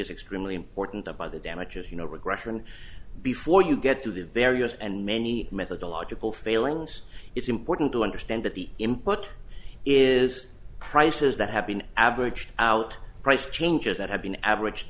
is extremely important up by the damage as you know regression before you get to the various and many i thought the logical failings it's important to understand that the input is prices that have been averaged out price changes that have been averaged